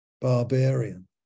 barbarian